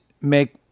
make